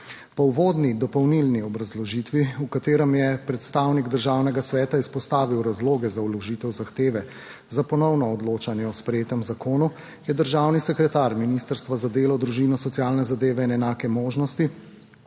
Po uvodni dopolnilni obrazložitvi, v kateri je predstavnik Državnega sveta izpostavil razloge za vložitev zahteve za ponovno odločanje o sprejetem zakonu, je državni sekretar Ministrstva za delo, družino, socialne zadeve in enake možnosti